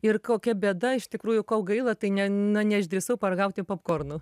ir kokia bėda iš tikrųjų ko gaila tai ne na neišdrįsau paragauti popkornų